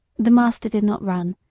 the master did not run,